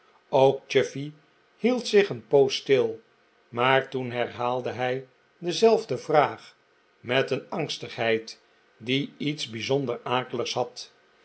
ook chuffey hield zich een poos stil maar toen herhaalde hij dezelfde vraag met een angstigheid die iets bijzonder akeligs had